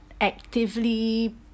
actively